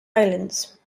islands